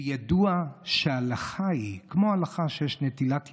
בידוע שהלכה היא, כמו הלכה שיש נטילת ידיים,